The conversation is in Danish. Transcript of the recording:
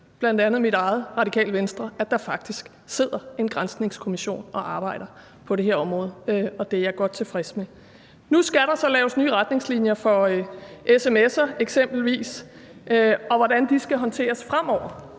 bl.a. mit eget parti, Radikale Venstre, at der faktisk sidder en granskningskommission og arbejder på det her område. Det er jeg godt tilfreds med. Nu skal der så laves nye retningslinjer for eksempelvis sms'er og for, hvordan de skal håndteres fremover,